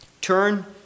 Turn